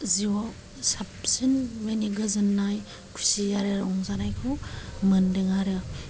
जिउआव साबसिन माने गोजोननाय खुसि आरो रंजानायखौ मोन्दों आरो